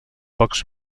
pocs